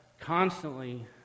constantly